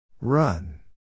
Run